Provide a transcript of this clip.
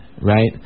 right